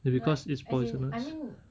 it because it's poisonous